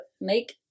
make